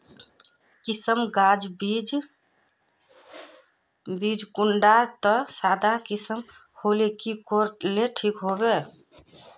किसम गाज बीज बीज कुंडा त सादा किसम होले की कोर ले ठीक होबा?